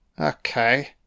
Okay